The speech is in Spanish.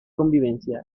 convivencia